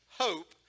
hope